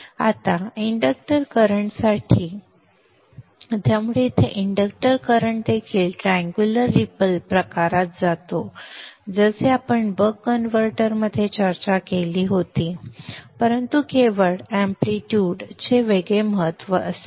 आता इंडक्टर करंटसाठी त्यामुळे येथे इंडक्टर करंट देखील ट्रँग्युलर रीपल प्रकारात जातो जसे आपण बक कन्व्हर्टरमध्ये चर्चा केली होती परंतु केवळ एम्पलीट्यूड चे महत्त्व वेगळे असेल